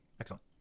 excellent